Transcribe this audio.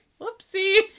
whoopsie